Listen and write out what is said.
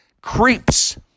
creeps